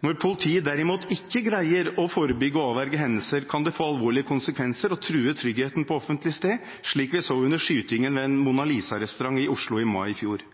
Når politiet derimot ikke greier å forebygge og avverge hendelser, kan det få alvorlige konsekvenser og true tryggheten på offentlig sted, slik vi så under skytingen ved Mona Lisa restaurant i Oslo i mai i fjor.